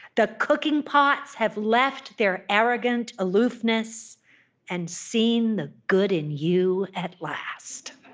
the cooking pots have left their arrogant aloofness and seen the good in you at last.